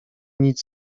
nic